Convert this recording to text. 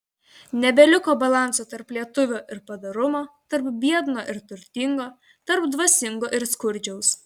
nebeliko balanso tarp lietuvio ir padorumo tarp biedno ir turtingo tarp dvasingo ir skurdžiaus